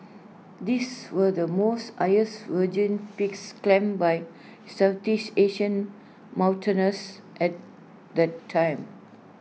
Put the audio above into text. these were the most highest virgin peaks climbed by Southeast Asian mountaineers at the time